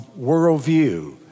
worldview